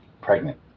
pregnant